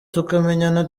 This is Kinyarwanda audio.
tukamenyana